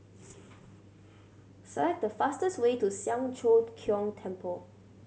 select the fastest way to Siang Cho Keong Temple